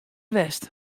west